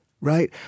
right